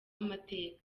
amateka